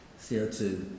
CO2